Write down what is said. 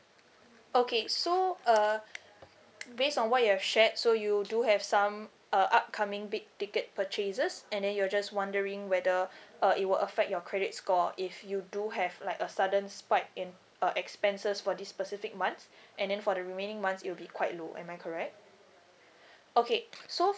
okay so uh based on what you have shared so you do have some uh upcoming big ticket purchases and then you're just wondering whether uh it will affect your credit score if you do have like a sudden spike in uh expenses for this specific months and then for the remaining months it'll be quite low am I correct okay so